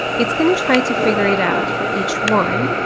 it's going to try to figure it out for each one.